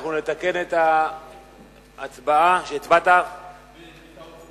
מוכן לשקול בכובד ראש כל בקשה שתופנה למשרד הפנים בנושא הזה,